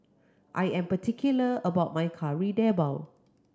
I am particular about my Kari Debal